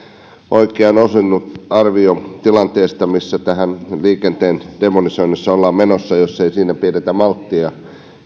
oikeaan osunut arvio tilanteesta mihin tässä liikenteen demonisoinnissa ollaan menossa jos ei siinä pidetä malttia